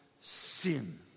sin